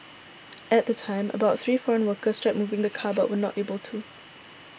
at the time about three foreign workers tried moving the car but were not able to